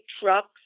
trucks